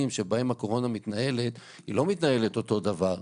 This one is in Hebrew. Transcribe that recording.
שבהן הקורונה נמצאת היא לא מתנהלת אותו דבר.